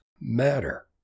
matter